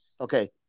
Okay